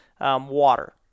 water